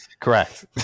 Correct